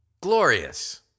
Glorious